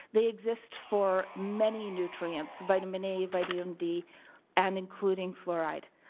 they exist for many nutrients, vitamin a, vitamin d and including fluoride.